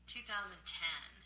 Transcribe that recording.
2010